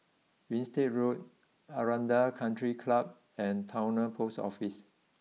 Winstedt Road Aranda country Club and Towner post Office